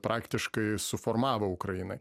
praktiškai suformavo ukrainai